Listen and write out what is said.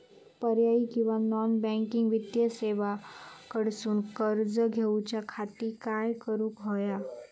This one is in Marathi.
पर्यायी किंवा नॉन बँकिंग वित्तीय सेवा कडसून कर्ज घेऊच्या खाती काय करुक होया?